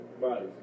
Bodies